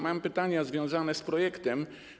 Mam pytania związane z projektem.